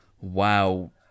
Wow